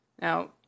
Now